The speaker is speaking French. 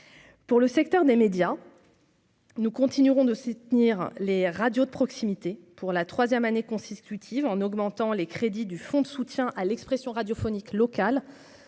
pour le secteur des médias. Nous continuerons de soutenir les radios de proximité pour la 3ème année consiste utile en augmentant les crédits du fonds de soutien à l'expression radiophonique locale